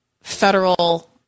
federal